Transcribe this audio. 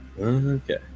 Okay